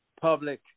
public